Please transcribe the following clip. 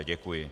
Děkuji.